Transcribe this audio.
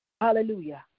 hallelujah